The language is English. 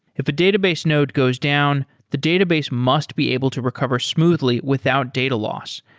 if a database node goes down, the database must be able to recover smoothly without data loss,